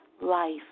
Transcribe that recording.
life